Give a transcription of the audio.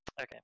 okay